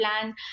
plan